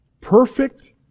perfect